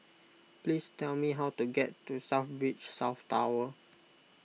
please tell me how to get to South Beach South Tower